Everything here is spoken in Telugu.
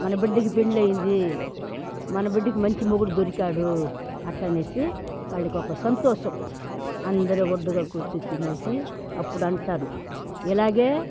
మన బిడ్డకి పెండ్లయింది మన బిడ్డకి మంచి మొగుడు దొరికాడు అట్టనేసి వాళ్ళకొక సంతోషం అందరు ఒడ్డుగా కూర్చొ తినేసి అప్పుడంటారు ఇలాగే